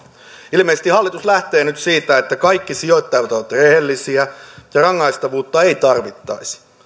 ilmeisesti hallitus lähtee nyt siitä että kaikki sijoittajat ovat rehellisiä ja rangaistavuutta ei tarvittaisi